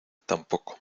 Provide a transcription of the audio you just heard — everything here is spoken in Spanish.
tampoco